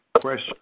question